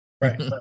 right